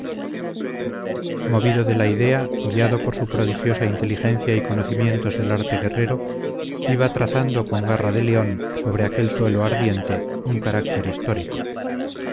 movido de la idea guiado por su prodigiosa inteligencia y conocimientos del arte guerrero iba trazando con garra de león sobre aquel suelo ardiente un carácter histórico